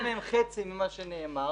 המספרים הם חצי ממה שנאמר.